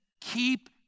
keep